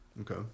Okay